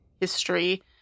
history